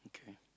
okay